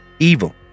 evil